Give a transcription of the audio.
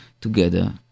together